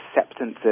acceptance